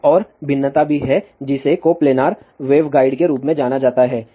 एक और भिन्नता भी है जिसे कोपलानर वेवगाइड के रूप में जाना जाता है